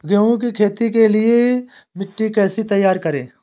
गेहूँ की खेती के लिए मिट्टी कैसे तैयार करें?